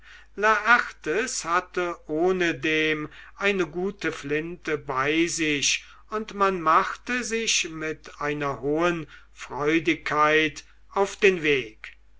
laertes hatte ohnedem eine gute flinte bei sich und man machte sich mit einer hohen freudigkeit auf den weg